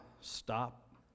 stop